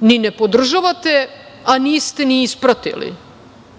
ni ne podržavate, a niste ni ispratili. Ovo